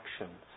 actions